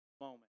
moment